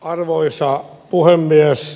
arvoisa puhemies